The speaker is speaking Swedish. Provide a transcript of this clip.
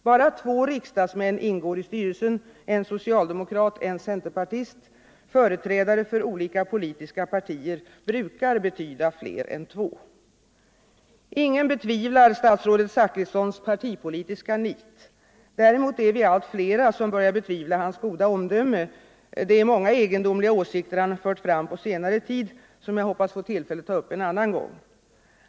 Endast två riksdagsmän ingår i styrelsen — en socialdemokrat och en centerpartist; företrädare för olika politiska partier brukar betyda fler än två. Ingen betvivlar statsrådet Zachrissons partipolitiska nit. Däremot är vi allt fler som börjar betvivla hans goda omdöme — det är många egendomliga åsikter han fört fram på senare tid som jag hoppas få tillfälle att ta upp en annan gång.